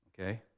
okay